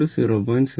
06 b10